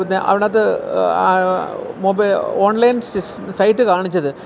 പിന്നെ അതിനകത്ത് mobile online site കാണിച്ചത്